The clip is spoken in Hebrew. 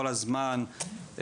כל הזמן,